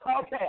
okay